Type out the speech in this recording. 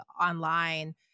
online